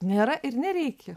nėra ir nereikia